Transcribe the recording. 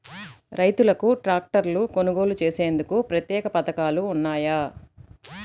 రైతులకు ట్రాక్టర్లు కొనుగోలు చేసేందుకు ప్రత్యేక పథకాలు ఉన్నాయా?